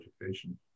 education